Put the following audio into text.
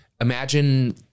imagine